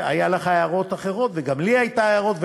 היו לך הערות אחרות וגם לי היו הערות,